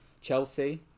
Chelsea